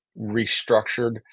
restructured